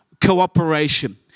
cooperation